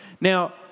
Now